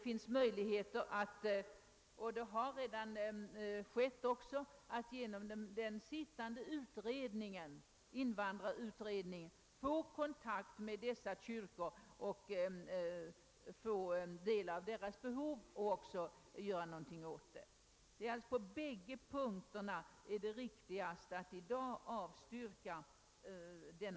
Genom invandrarutredningen har man möjlighet att få kontakt med dessa kyrkor och få veta deras behov. Det är alltså riktigast att i dag avslå motionen.